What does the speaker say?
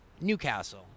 Newcastle